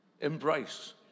embrace